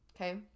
Okay